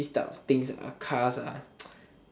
it's type of things cars